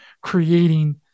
creating